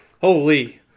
Holy